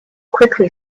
quickly